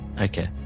Okay